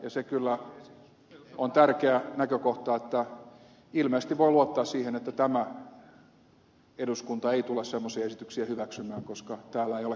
se kyllä on tärkeä näkökohta että ilmeisesti voi luottaa siihen että tämä eduskunta ei tule semmoisia esityksiä hyväksymään koska täällä ei ole kannatusta tälle